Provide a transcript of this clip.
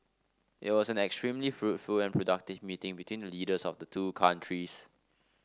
it was an extremely fruitful and productive meeting between the leaders of the two countries